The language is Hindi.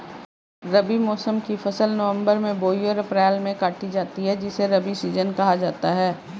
रबी मौसम की फसल नवंबर में बोई और अप्रैल में काटी जाती है जिसे रबी सीजन कहा जाता है